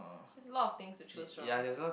there's a lot of things to choose from